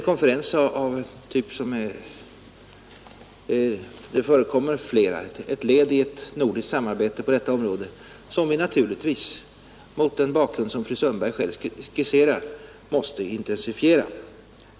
Konferenser av denna typ är ett led i ett nordiskt samarbete på detta område som vi naturligtvis — mot den bakgrund som fru Sundberg själv skisserade — måste intensifiera.